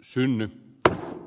synnyttää